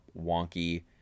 wonky